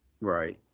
right